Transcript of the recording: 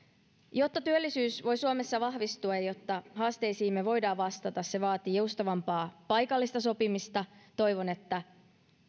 jotta työllisyys voi suomessa vahvistua jotta haasteisiimme voidaan vastata se vaatii joustavampaa paikallista sopimista toivon että